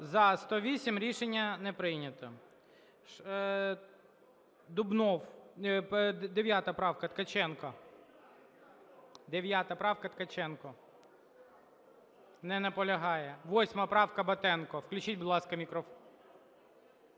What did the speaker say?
За-108 Рішення не прийнято. Дубнов. 9 правка, Ткаченко. 9 правка, Ткаченко. Не наполягає. 8 правка, Батенко. Включіть, будь ласка, мікрофон.